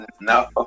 No